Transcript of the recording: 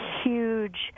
huge